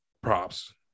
Props